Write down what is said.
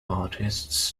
artists